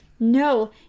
No